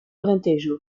alentejo